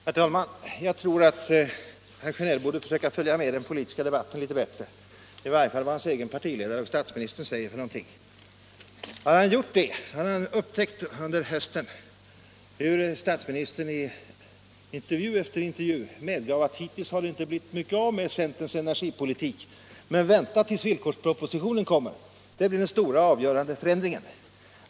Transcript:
Herr talman! Jag tror att herr Sjönell borde försöka följa med i den politiska debatten litet bättre, i varje fall vad hans egen partiledare, statsministern, säger. Om han hade gjort det hade han upptäckt under hösten hur statsministern i intervju efter intervju medgav: Hittills har det inte blivit mycket av med centerns energipolitik, men vänta tills villkorspropositionen kommer, det blir den stora och avgörande förändringen.